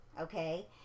okay